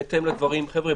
בהתאם לדברים חבר'ה,